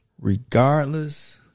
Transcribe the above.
regardless